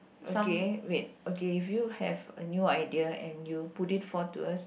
okay wait okay if you have a new idea and you put it forward to us